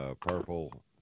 purple